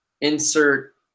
insert